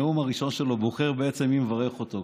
בנאום הראשון שלו בוחר בעצם מי מברך אותו.